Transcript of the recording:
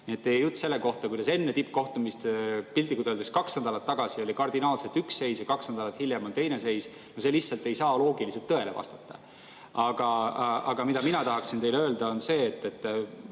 viia. Teie jutt sellest, et enne tippkohtumist, piltlikult öeldes, kaks nädalat tagasi oli kardinaalselt üks seis ja kaks nädalat hiljem on teine seis – no see lihtsalt ei saa loogiliselt tõele vastata. Aga mida mina tahaksin teile öelda, on see, et